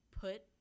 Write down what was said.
put